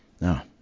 Now